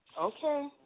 Okay